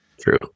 true